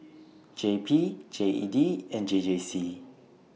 J P G E D and J J C